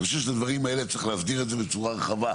אני חושב שאת הדברים האלו צריך להסדיר אותם בצורה רחבה,